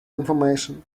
information